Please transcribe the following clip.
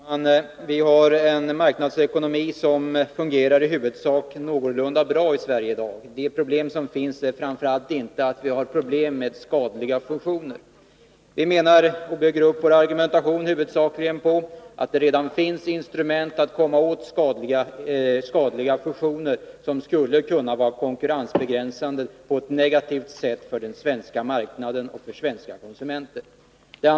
Fru talman! I Sverige har vi i dag en marknadsekonomi som i huvudsak fungerar någorlunda bra. Problemet är framför allt inte skadliga fusioner. Vi bygger vår argumentation huvudsakligen på det faktum att det redan finns instrument att komma åt skadliga fusioner, som skulle kunna vara konkurrensbegränsande på ett negativt sätt för den svenska marknaden och för svenska konsumenter.